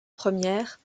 premières